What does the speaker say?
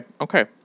Okay